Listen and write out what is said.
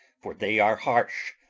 for they are harsh,